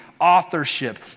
authorship